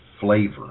flavor